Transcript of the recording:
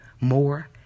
more